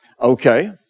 Okay